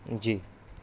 جی